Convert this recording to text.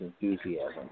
enthusiasm